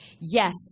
Yes